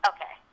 Okay